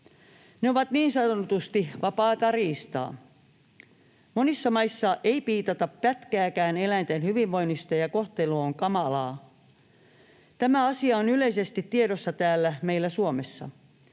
Ne ovat niin sanotusti vapaata riistaa. Monissa maissa ei piitata pätkääkään eläinten hyvinvoinnista ja kohtelu on kamalaa. Tämä asia on yleisesti tiedossa täällä meillä Suomessa.